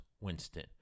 Winston